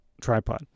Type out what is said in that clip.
tripod